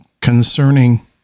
concerning